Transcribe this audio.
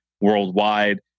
worldwide